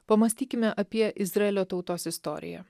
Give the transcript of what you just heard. pamąstykime apie izraelio tautos istoriją